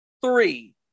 three